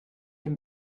dem